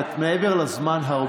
את הרבה מעבר לזמן.